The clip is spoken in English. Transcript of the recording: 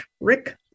Rick